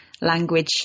language